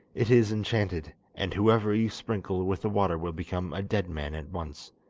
it is enchanted, and whoever you sprinkle with the water will become a dead man at once,